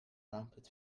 pumped